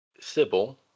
Sybil